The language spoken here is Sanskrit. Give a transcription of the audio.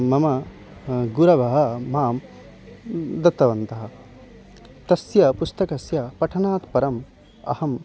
मम गुरवः मां दत्तवन्तः तस्य पुस्तकस्य पठनात् परम् अहम्